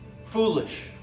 foolish